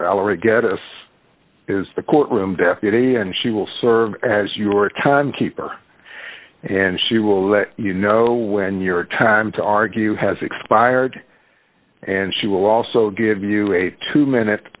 valerie geddes is the court room deputy and she will serve as your time keeper and she will let you know when your time to argue has expired and she will also give you a two minute